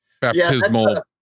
baptismal